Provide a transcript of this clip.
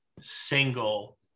single